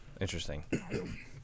Interesting